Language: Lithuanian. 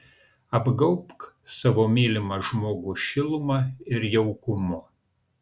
apgaubk savo mylimą žmogų šiluma ir jaukumu